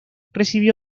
recibió